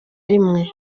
rimwe